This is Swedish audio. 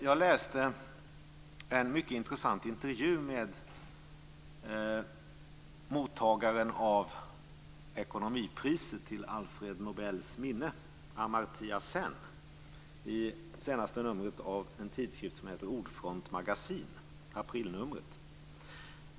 Jag läste en mycket intressant intervju med mottagaren av ekonomipriset till Alfred Nobels minne, Amartya Sen, i aprilnumret 4 av en tidskrift som heter Ordfront magasin.